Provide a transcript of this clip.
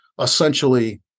essentially